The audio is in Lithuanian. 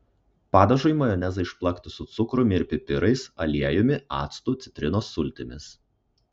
padažui majonezą išplakti su cukrumi ir pipirais aliejumi actu citrinos sultimis